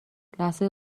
لحظه